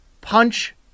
punch